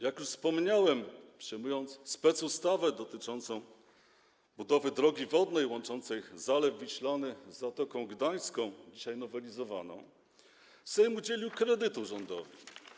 Jak już wspomniałem, przyjmując specustawę dotyczącą budowy drogi wodnej łączącej Zalew Wiślany z Zatoką Gdańską, dzisiaj nowelizowaną, Sejm udzielił kredytu rządowi.